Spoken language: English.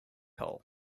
hole